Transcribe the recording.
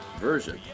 version